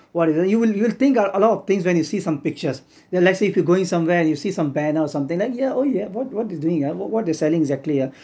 what do you will you will you will think are a lot of things when you see some pictures there let's say if you're going somewhere and you see some banner or something then yeah oh yeah what what they're doing ah what they're selling exactly ah